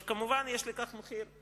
כמובן שיש לכך מחיר.